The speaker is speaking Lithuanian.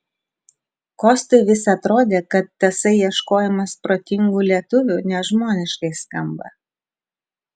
kostui vis atrodė kad tasai ieškojimas protingų lietuvių nežmoniškai skamba